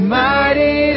mighty